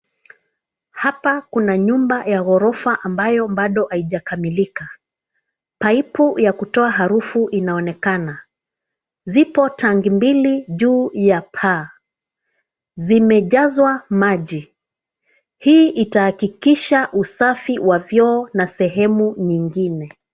Hapa kuna nyumba ya ghorofa ambayo bado haijakamilika. Pipe ya kutoa harufu inaonekana. Zipo tangi mbili juu ya paa. Zimejazwa maji. Hii itahakikisha usafi wa vyoo na sehemu nyingine.